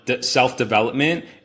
self-development